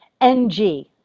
NG